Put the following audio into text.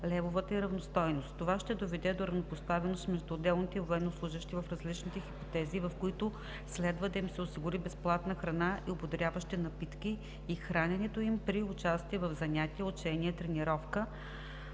левовата ѝ равностойност. Това ще доведе до равнопоставеност между отделните военнослужещи в различните хипотези, в които следва да им се осигури безплатна храна и ободряващи напитки, и храненето им при участие в занятия, учения, тренировки